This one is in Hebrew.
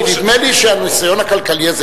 נדמה לי שהניסיון הכלכלי הזה,